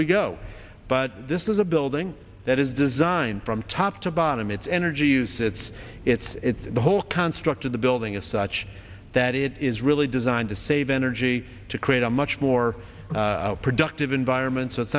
we go but this is a building that is designed from top to bottom it's energy use it's it's it's the whole construct of the building is such that it is really designed to save energy to create a much more productive environment so it's